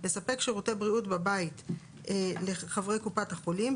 לספק שירותי בריאות בבית לחברי קופת החולים,